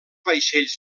vaixells